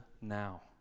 now